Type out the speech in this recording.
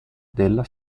della